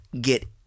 get